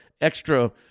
extra